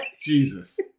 Jesus